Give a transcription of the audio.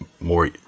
more